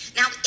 now